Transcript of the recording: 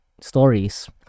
stories